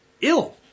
ill